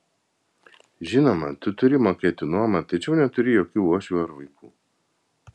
žinoma tu turi mokėti nuomą tačiau neturi jokių uošvių ar vaikų